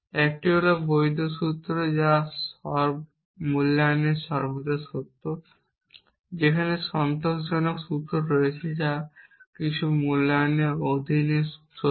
একটি হল বৈধ সূত্র যা সব মূল্যায়নে সর্বদা সত্য সেখানে সন্তোষজনক সূত্র রয়েছে যা কিছু মূল্যায়নের অধীনে সত্য